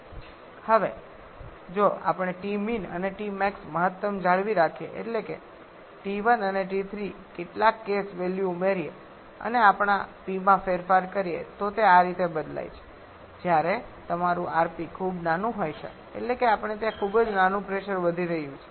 હવે જો આપણે Tmean અને Tmax મહત્તમ જાળવી રાખીએ એટલે કે T1 અને T3 કેટલાક કેસ વેલ્યુ ઉમેરીએ અને આપણા P માં ફેરફાર કરીએ તો તે આ રીતે બદલાય છે જ્યારે તમારું rp ખૂબ નાનું હોય છે એટલે કે આપણે ત્યાં ખૂબ જ નાનું પ્રેશર વધી રહ્યું છે